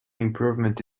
improvement